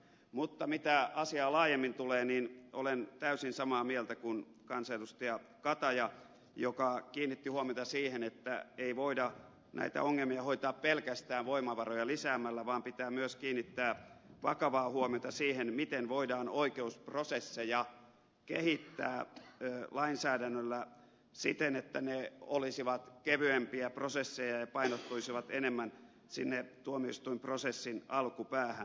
mutta mitä asiaan laajemmin tulee niin olen täysin samaa mieltä kuin kansanedustaja kataja joka kiinnitti huomiota siihen että ei voida näitä ongelmia hoitaa pelkästään voimavaroja lisäämällä vaan pitää myös kiinnittää vakavaa huomiota siihen miten voidaan oikeusprosesseja kehittää lainsäädännöllä siten että ne olisivat kevyempiä prosesseja ja painottuisivat enemmän tuomioistuinprosessin alkupäähän